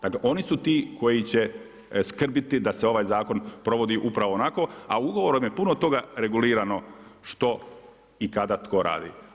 Dakle, oni su ti koji će skrbiti da se ovaj zakon provodi upravo onako, a ugovorom je puno toga regulirano što i kada tko radi.